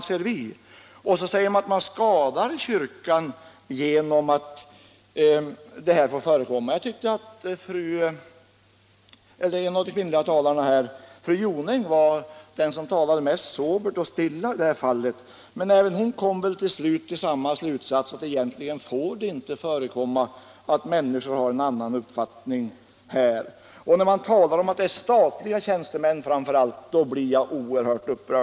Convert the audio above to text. Så säger man att kyrkan skadas, om särvigning får förekomma. Jag tyckte att fru Jonäng var den som talade mest sobert och stilla i detta fall, men även hon kom väl till slut till samma slutsats, nämligen att det egentligen inte får förekomma att människor har en annan uppfattning i denna sak. När man talar om att prästerna först och främst är statliga tjänstemän blir jag oerhört upprörd.